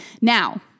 Now